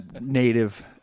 native